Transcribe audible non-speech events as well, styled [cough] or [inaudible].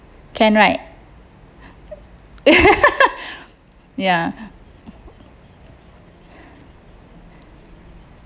can right [laughs] ya